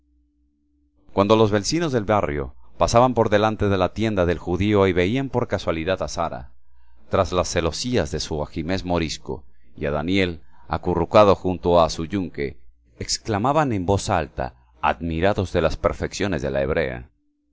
cuando los vecinos del barrio pasaban por delante de la tienda del judío y veían por casualidad a sara tras las celosías de su ajimez morisco y a daniel acurrucado junto a su yunque exclamaban en alta voz admirados de las perfecciones de la hebrea